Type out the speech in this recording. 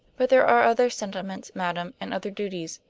but there are other sentiments, madam, and other duties.